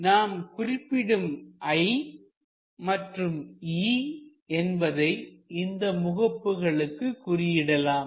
நாம் குறிப்பிடும் i மற்றும் e என்பதை இந்த முகப்புகளுக்கு குறி இடலாம்